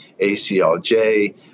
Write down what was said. ACLJ